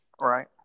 Right